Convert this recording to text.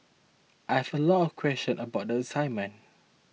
I had a lot of questions about the assignment